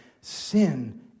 sin